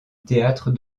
théâtre